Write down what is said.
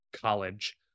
college